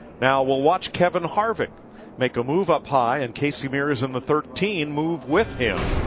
now we'll watch kevin harvick make a move up high, and casey mears and the thirteen move with him.